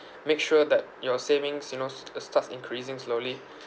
make sure that your savings you know st~ uh starts increasing slowly